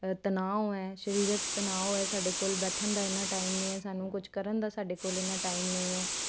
ਤਣਾਓ ਆ ਸ਼ਰੀਰਕ ਤਨਾਓ ਹੈ ਸਾਡੇ ਕੋਲ ਬੈਠਣ ਦਾ ਇਨਾ ਟਾਈਮ ਨਹੀਂ ਸਾਨੂੰ ਕੁਝ ਕਰਨ ਦਾ ਸਾਡੇ ਕੋਲ ਇਨਾ ਟਾਈਮ ਨਹੀਂ ਹੈ